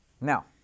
Now